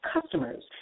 customers